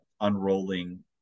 unrolling